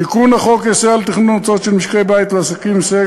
תיקון החוק יסייע לתכנון ההוצאות של משקי-בית ועסקים ויסייע